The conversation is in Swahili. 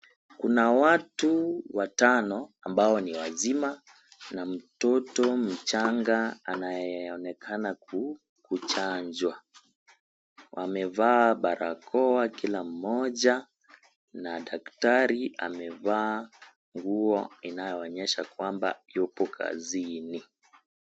Kuna watu watano ambao ni wazima na mtoto mchanga anayeonekana kuchanjwa. Wamevaa barakoa kila mmoja na daktari amevaa nguo inayoonyesha kwamba yupo kazini.